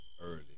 early